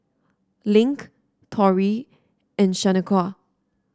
Link Torrey and Shanequa